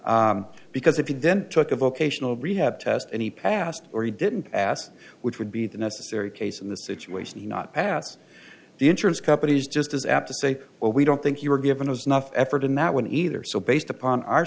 because if you then took a vocational rehab test and he passed or he didn't ask which would be the necessary case in this situation not pass the insurance companies just as apt to say well we don't think you were given us enough effort in that one either so based upon our